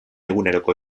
eguneroko